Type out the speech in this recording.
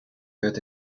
good